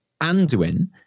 Anduin